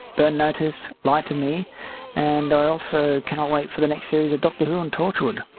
burn notice, lie to me and also cannot wait for the next series of dr who and torchwood.